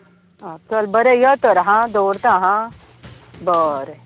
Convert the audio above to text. हां चल बरें यो तर हां दवरता हां बरें